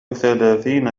ثلاثين